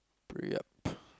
pre~ up